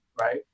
right